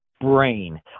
brain